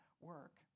work